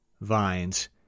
vines